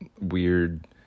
weird